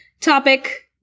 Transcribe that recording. Topic